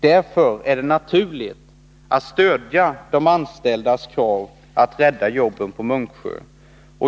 Därför är det naturligt att stödja de anställdas krav att rädda jobben på Munksjö.